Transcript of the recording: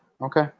okay